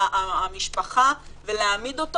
נערים שיתבעו?